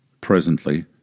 Presently